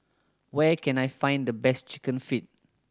where can I find the best Chicken Feet